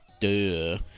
Duh